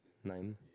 nine